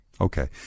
Okay